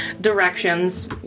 directions